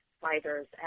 fighters